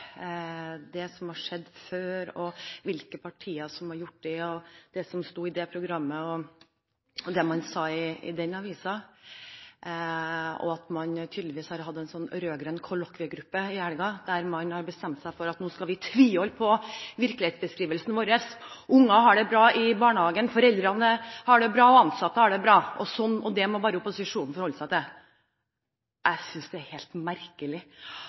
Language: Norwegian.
det som har skjedd før, hvilke partier som har gjort det og det, hva som sto i det og det programmet, og hva man sa i den og den avisen. Man har tydeligvis hatt en sånn rød-grønn kollokviegruppe i helgen der man bestemte seg for at nå skal vi tviholde på virkelighetsbeskrivelsen vår: Unger har det bra i barnehagen, foreldrene har det bra, og de ansatte har det bra, og det må bare opposisjonen forholde seg til. Jeg synes det er helt merkelig